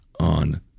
on